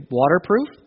waterproof